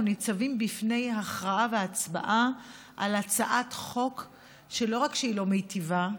ניצבים בפני הכרעה והצבעה על הצעת חוק שלא רק שהיא לא מיטיבה,